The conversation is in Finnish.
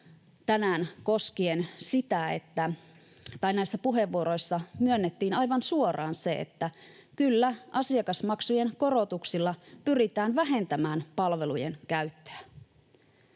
tässä salissa, joissa myönnettiin aivan suoraan, että kyllä, asiakasmaksujen korotuksilla pyritään vähentämään palvelujen käyttöä